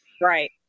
right